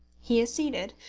he acceded,